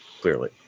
clearly